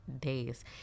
days